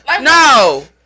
No